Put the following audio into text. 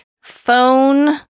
phone